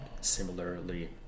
similarly